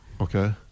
Okay